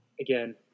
Again